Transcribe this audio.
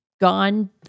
gone